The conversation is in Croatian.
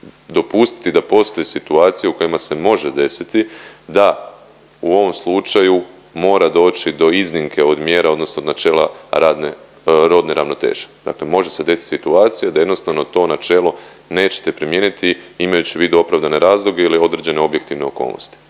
dopustiti da postoji situacija u kojima se može desiti da u ovom slučaju mora doći do iznimke od mjera odnosno od načela radne, rodne ravnoteže, dakle može se desit situacija da jednostavno to načelo nećete primijeniti imajući u vidu opravdane razloge ili određene objektivne okolnosti